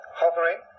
hovering